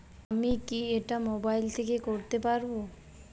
আমি কি এটা মোবাইল থেকে করতে পারবো?